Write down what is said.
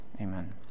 amen